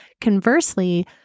Conversely